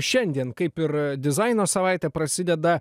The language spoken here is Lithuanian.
šiandien kaip ir dizaino savaitė prasideda